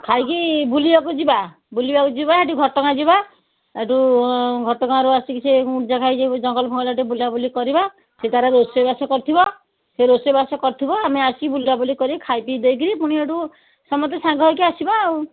ଖାଇକି ବୁଲିବାକୁ ଯିବା ବୁଲିବାକୁ ଯିବା ହେଠୁ ଘଟଗାଁ ଯିବା ହେଠୁ ଘଟଗାଁ ରୁ ଆସିକି ସିଏ ଗୁଣ୍ଡିଚା ଘାଇ ଜଙ୍ଗଲ ଫଙ୍ଗଲ ଟିକେ ବୁଲାବୁଲି କରିବା ସିଏ ତା'ର ରୋଷେଇ ବାସ କରିଥିବ ସିଏ ରୋଷେଇ ବାସ କରିଥିବ ଆମେ ଆସିକି ବୁଲାବୁଲି କରିକି ଖାଇ ପିଇ ଦେଇକିରି ପୁଣି ହେଠୁ ସମସ୍ତେ ସାଙ୍ଗ ହେଇକି ଆସିବା ଆଉ